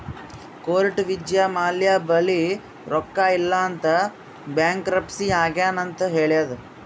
court Vijay Mallya ಬಲ್ಲಿ ರೊಕ್ಕಾ ಇಲ್ಲ ಅಂತ ಬ್ಯಾಂಕ್ರಪ್ಸಿ ಆಗ್ಯಾನ್ ಅಂತ್ ಹೇಳ್ಯಾದ್